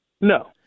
No